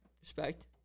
Respect